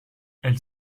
elle